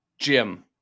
Jim